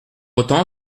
autant